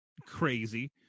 Crazy